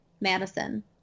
Madison